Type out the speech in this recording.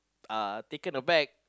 uh taken a back